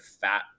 fat